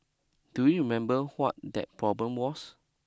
do you remember what that problem was